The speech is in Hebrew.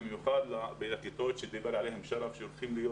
במיוחד בכיתות הצפופות עליהן דיבר שרף חסאן.